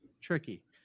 tricky